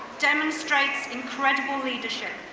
demonstrates incredible leadership.